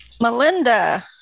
Melinda